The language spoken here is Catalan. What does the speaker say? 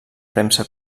premsa